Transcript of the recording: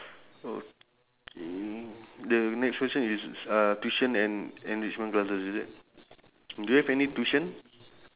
okay the next question is uh tuition and enrichment classes is it do you have any tuition